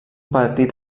petit